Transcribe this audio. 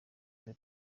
twe